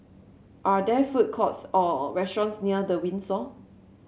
are there food courts or restaurants near The Windsor